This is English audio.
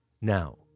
Now